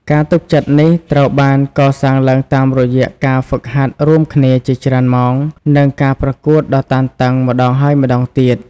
ការទុកចិត្តនេះត្រូវបានកសាងឡើងតាមរយៈការហ្វឹកហាត់រួមគ្នាជាច្រើនម៉ោង និងការប្រកួតដ៏តានតឹងម្តងហើយម្តងទៀត។